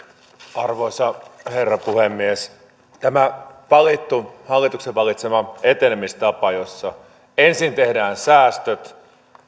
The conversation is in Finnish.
arvoisa herra puhemies tämä valittu hallituksen valitsema etenemistapa jossa ensin tehdään säästöt